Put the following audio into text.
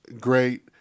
great